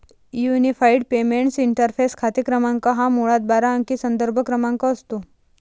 unified payments interface खाते क्रमांक हा मुळात बारा अंकी संदर्भ क्रमांक असतो